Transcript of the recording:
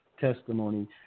testimony